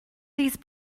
these